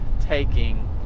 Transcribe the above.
taking